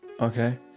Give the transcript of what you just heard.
Okay